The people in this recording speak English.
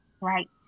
Right